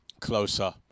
closer